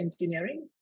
engineering